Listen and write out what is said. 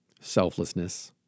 Selflessness